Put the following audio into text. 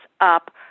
up